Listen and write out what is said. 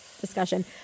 discussion